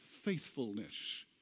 faithfulness